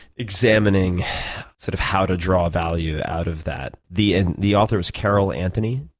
examining sort of how to draw value out of that. the and the author is carol anthony?